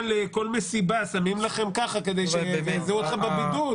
לכל מסיבה שמים לכם ככה כדי שיזהו אותך בבידוק.